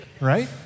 right